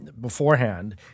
beforehand